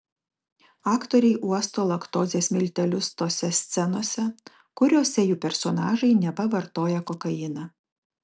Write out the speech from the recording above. aktoriai uosto laktozės miltelius tose scenose kuriose jų personažai neva vartoja kokainą